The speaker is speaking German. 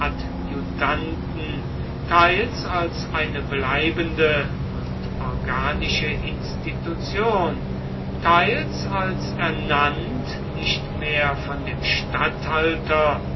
legionsadjutanten teils als eine bleibende und organische institution teils als ernannt nicht mehr von dem statthalter